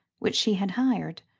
which she had hired,